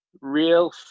Real